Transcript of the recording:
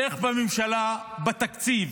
איך בממשלה, בתקציב,